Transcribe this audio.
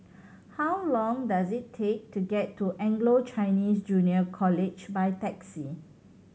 how long does it take to get to Anglo Chinese Junior College by taxi